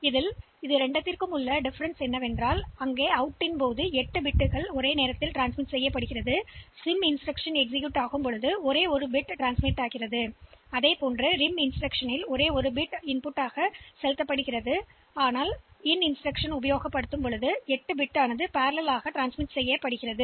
எனவே ஒரே வித்தியாசம் என்னவென்றால் அது 8 பிட் மற்றும் சிம் விஷயத்தில் அது ஒரு பிட் ஆகும் அது மீண்டும் 8 பிட் உள்ளீடாக இருந்தால் ஆர்ஐஎம் விஷயத்தில் இது ஒற்றை பிட் உள்ளீடாகும்